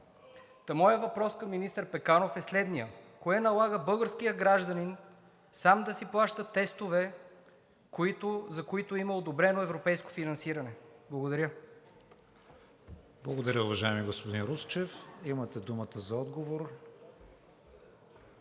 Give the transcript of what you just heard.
Моят въпрос към министър Пеканов е следният: кое налага българският гражданин сам да си плаща тестове, за които има одобрено европейско финансиране? Благодаря. ПРЕДСЕДАТЕЛ КРИСТИАН ВИГЕНИН: Благодаря, уважаеми господин Русчев. Имате думата за отговор,